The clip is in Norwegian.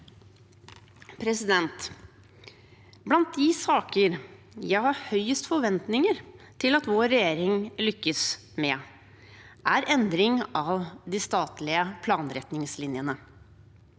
prisstigningen. Blant de saker jeg har høyest forventninger til at vår regjering lykkes med, er endring av de statlige planretningslinjene,